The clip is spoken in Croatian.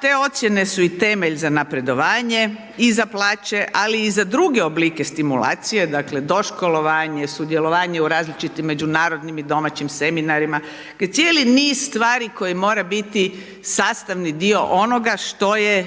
Te ocjene su i temelj za napredovanje i za plaće ali i za druge oblike stimulacije, dakle, doškolovanje, sudjelovanje u različitim međunarodnim i domaćim seminarima, dakle, cijeli niz stvari koji mora biti sastavni dio onoga što je